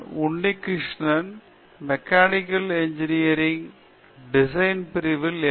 உன்னிகிருஷ்ணன் நான் உன்னிகிருஷனன் மெக்கானிக்கல் இன்ஜினியரில் டிசைன் பிரிவில் எம்